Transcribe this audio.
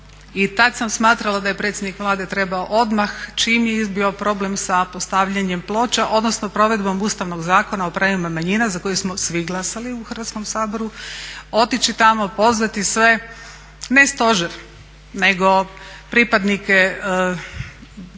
i tad sam smatrala da je predsjednik Vlade trebao odmah čim je izbio problem sa postavljanjem ploča, odnosno provedbom Ustavnog zakona o pravima manjina za koji smo svi glasali u Hrvatskom saboru, otići tamo, pozvati sve. Ne stožer nego pripadnike